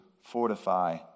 fortify